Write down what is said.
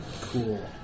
Cool